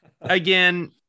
again